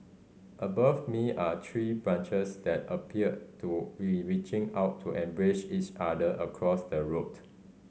above me are tree branches that appear to be reaching out to embrace each other across the road